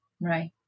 Right